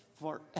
forever